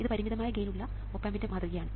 ഇത് പരിമിതമായ ഗെയിൻ ഉള്ള ഓപ് ആമ്പിന്റെ മാതൃകയാണ്